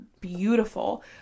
beautiful